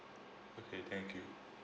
okay thank you